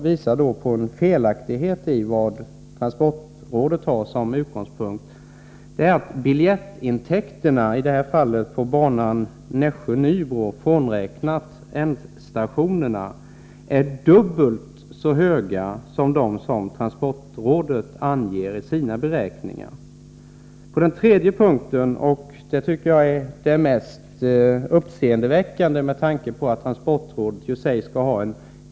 För det andra är biljettintäkterna, i det här fallet i fråga om banan Nässjö-Nybro frånräknat ändstationerna, dubbelt så höga som de som transportrådet anger i sina beräkningar — något som också visar på en felaktighet i transportrådets beräkningar.